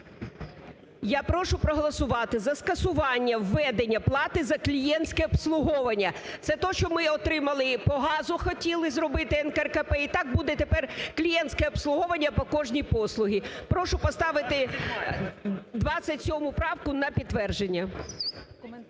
Я прошу проголосувати за скасування введення плати за клієнтське обслуговування. Це те, що ми отримали, по газу хотіли зробити НКРЕКП, і так буде тепер клієнтське обслуговування по кожній послузі. Прошу поставити 27 правку на підтвердження.